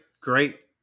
great